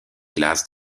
glace